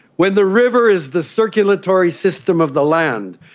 when the river is the circulatory system of the land,